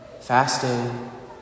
fasting